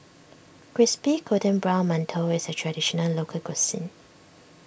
Crispy Golden Brown Mantou is a Traditional Local Cuisine